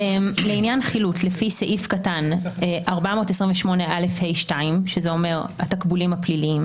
לעניין חילוט לפי סעיף קטן (428ה2) שזה אומר התקבולים הפליליים